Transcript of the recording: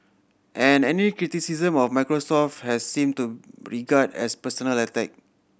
and any criticism of Microsoft has seemed to regard as personal attack